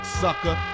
sucker